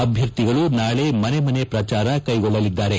ಅಭ್ಯರ್ಥಿಗಳೂ ನಾಳೆ ಮನೆ ಮನೆ ಪ್ರಚಾರ ಕೈಗೊಳ್ಳಲಿದ್ದಾರೆ